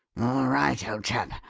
right, old chap,